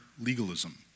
legalism